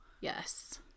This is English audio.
yes